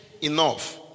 enough